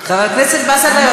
חבר הכנסת באסל גטאס,